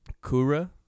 Kura